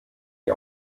die